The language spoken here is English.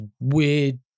weird